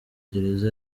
gereza